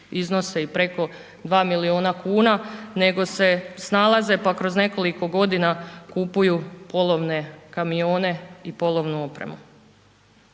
iznose i preko 2 milijuna kuna, nego se snalaze, pa kroz nekoliko godina kupuju polovne kamione i polovnu opremu.